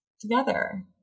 together